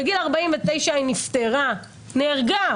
ובגיל 49 היא נפטרה, נהרגה.